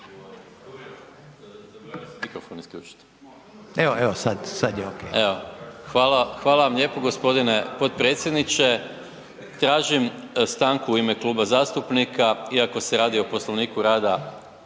Gordan (SDP)** Hvala vam lijepo gospodine potpredsjedniče. Tražim stanku u ime kluba zastupnika iako se radi o Poslovniku rada